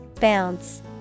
bounce